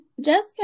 Jessica